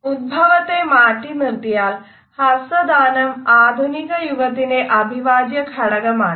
ഉത്ഭവത്തെ മാറ്റി നിർത്തിയാൽ ഹസ്തദാനം ആധുനിക യുഗത്തിന്റെ അഭിവാജ്യ ഘടകമാണ്